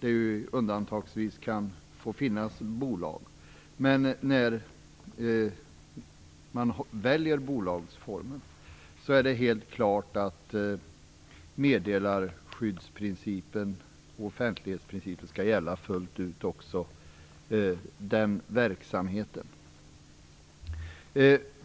det undantagsvis kan få finnas bolag. Men när man väljer bolagsform är det helt klart att meddelarskyddsprincipen och offentlighetsprincipen skall gälla fullt ut också för den verksamheten.